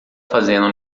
fazendo